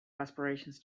aspirations